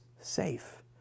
safe